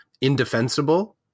indefensible